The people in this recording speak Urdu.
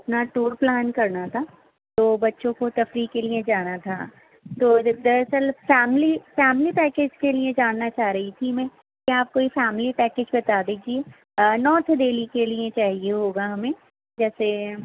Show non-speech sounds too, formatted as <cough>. اپنا ٹور پلان کرنا تھا تو بچوں کو تفریح کے لیے جانا تھا تو <unintelligible> سر فیملی فیملی پیکج کے لیے جاننا چاہ رہی تھی میں کہ آپ کوئی فیملی پیکج بتا دیجیے نارتھ دہلی کے لیے چاہیے ہوگا ہمیں جیسے